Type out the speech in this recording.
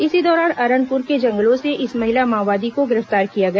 इसी दौरान अरनपुर के जंगलों से इस महिला माओवादी को गिरफ्तार किया गया